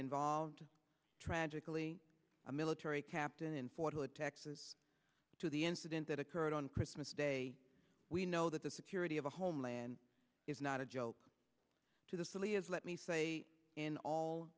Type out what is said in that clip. involved and tragically a military captain in fort hood texas to the incident that occurred on christmas day we know that the security of a homeland is not a joke to the silly as let me say in all